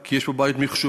כי יש פה בעיות מחשוביות,